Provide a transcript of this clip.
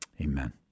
amen